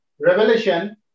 Revelation